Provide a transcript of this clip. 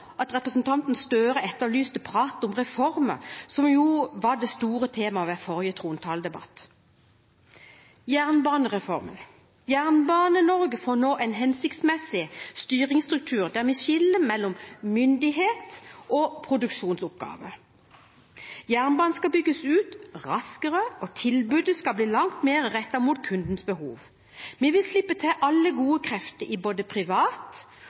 at representanten Gahr Støre etterlyste prat om reformer, som jo var det store temaet ved forrige trontaledebatt. Jernbanereformen: Jernbane-Norge får nå en hensiktsmessig styringsstruktur der vi skiller mellom myndighets- og produksjonsoppgaver. Jernbanen skal bygges ut raskere, og tilbudet skal bli langt mer rettet mot kundens behov. Vi vil slippe til alle gode krefter i både privat